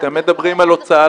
אתם מדברים על הוצאה